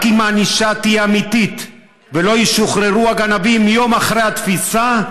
רק אם הענישה תהיה אמיתית ולא ישוחררו הגנבים יום אחרי התפיסה,